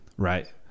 Right